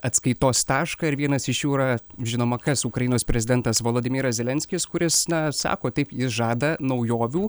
atskaitos tašką ir vienas iš jų yra žinoma kas ukrainos prezidentas volodimyras zelenskis kuris na sako taip jis žada naujovių